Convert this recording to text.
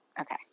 Okay